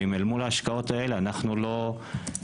ואם אל מול ההשקעות האלה אנחנו לא ניתן